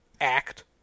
act